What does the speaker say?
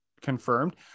confirmed